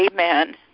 amen